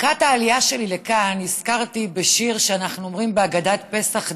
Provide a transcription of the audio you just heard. לקראת העלייה שלי לכאן נזכרתי בשיר שאנחנו אומרים בהגדת פסח,